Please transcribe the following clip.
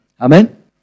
Amen